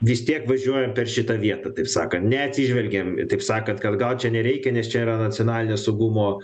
vis tiek važiuojam per šitą vietą taip sakant neatsižvelgiam taip sakant kad gal čia nereikia nes čia yra nacionalinio saugumo